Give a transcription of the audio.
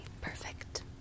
perfect